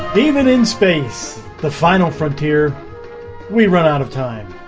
even in space the final frontier we run out of time,